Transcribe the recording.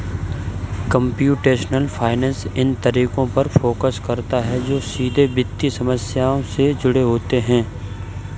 computational finance इन तरीकों पर फोकस करता है जो सीधे वित्तीय समस्याओं से जुड़े होते हैं